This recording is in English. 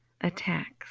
attacks